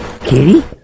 Kitty